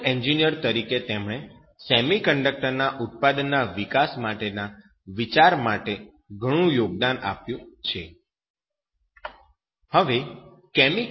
chemical engineer તરીકે તેમણે સેમિકન્ડક્ટરના ઉત્પાદનના વિકાસ માટેના વિચાર માટે ઘણું યોગદાન આપ્યું છે